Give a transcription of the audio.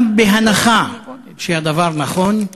גם בהנחה שהדבר נכון,